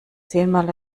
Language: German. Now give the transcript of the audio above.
zehnmal